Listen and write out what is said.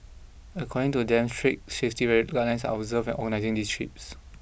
according to them strict safety read guidelines are observed an organising these trips